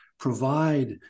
provide